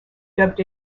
dubbed